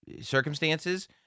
circumstances